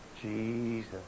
Jesus